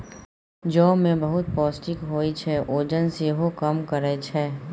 जौ मे बहुत पौष्टिक होइ छै, ओजन सेहो कम करय छै